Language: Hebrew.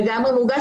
לגמרי מורגש.